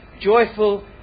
joyful